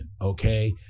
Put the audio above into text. okay